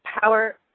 power